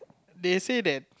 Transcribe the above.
they say that